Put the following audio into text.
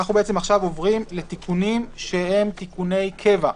אלה תיקוני קבע.